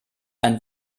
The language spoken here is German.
ein